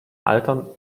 altern